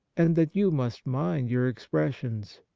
and that you must mind your expressions.